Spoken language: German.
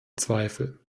zweifel